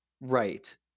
right